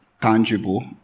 tangible